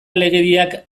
legediak